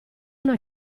una